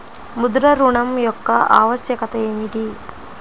ముద్ర ఋణం యొక్క ఆవశ్యకత ఏమిటీ?